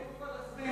אדוני ראש הממשלה.